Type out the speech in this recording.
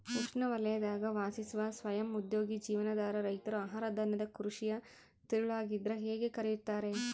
ಉಷ್ಣವಲಯದಾಗ ವಾಸಿಸುವ ಸ್ವಯಂ ಉದ್ಯೋಗಿ ಜೀವನಾಧಾರ ರೈತರು ಆಹಾರಧಾನ್ಯದ ಕೃಷಿಯ ತಿರುಳಾಗಿದ್ರ ಹೇಗೆ ಕರೆಯುತ್ತಾರೆ